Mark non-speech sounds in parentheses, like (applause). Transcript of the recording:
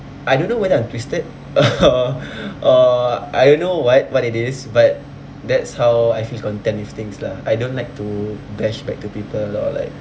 I don't know whether I'm twisted or (noise) or I don't know what what it is but that's how I feel content with things lah I don't like to bash back to people or like